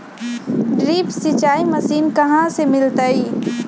Drip सिंचाई machine कहाँ से मिलतै?